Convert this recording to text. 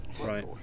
Right